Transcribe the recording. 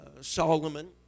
Solomon